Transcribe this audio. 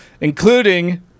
including